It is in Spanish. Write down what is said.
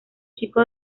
chico